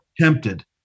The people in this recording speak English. tempted